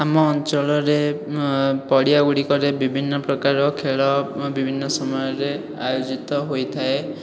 ଆମ ଅଞ୍ଚଳରେ ପଡ଼ିଆଗୁଡ଼ିକରେ ବିଭିନ୍ନ ପ୍ରକାର ଖେଳ ବିଭିନ୍ନ ସମୟରେ ଆୟୋଜିତ ହୋଇଥାଏ